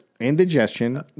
Indigestion